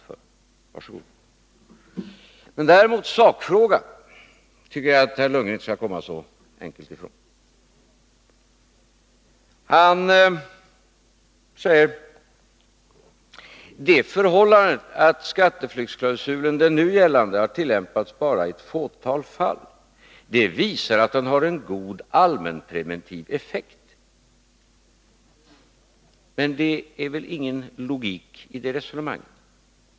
Var så god! Sakfrågan däremot tycker jag inte att Bo Lundgren skall komma så enkelt ifrån. Han säger att det förhållandet att den nu gällande skatteflyktsklausulen har tillämpats bara i ett fåtal fall visar att den har en god allmänpreventiv effekt. Det är väl ingen logik i det resonemanget!